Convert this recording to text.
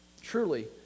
truly